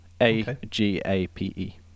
A-G-A-P-E